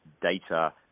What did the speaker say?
data